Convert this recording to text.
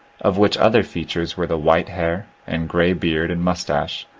of which other features were the white hair and grey beard and mustache,